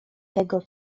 tego